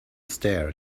stairs